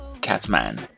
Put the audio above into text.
catman